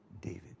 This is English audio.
David